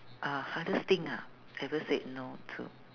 uh hardest thing ah ever said no to